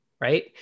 right